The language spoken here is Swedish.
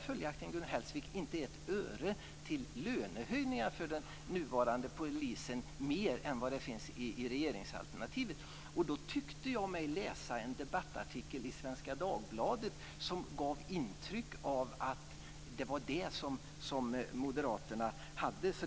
Följaktligen har Gun Hellsvik inte ett öre mer till lönehöjningar för den nuvarande polisen än det finns i regeringsalternativet. Jag tyckte mig läsa en debattartikel i Svenska Dagbladet som gav intryck av att det var det som moderaterna avsåg.